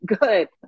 good